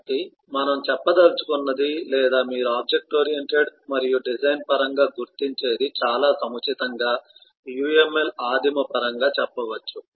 కాబట్టి మనం చెప్పదలచుకున్నది లేదా మీరు ఆబ్జెక్ట్ ఓరియెంటెడ్ మరియు డిజైన్ పరంగా గుర్తించేది చాలా సముచితంగా UML ఆదిమ పరంగా చెప్పవచ్చు